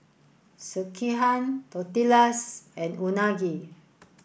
Sekihan Tortillas and Unagi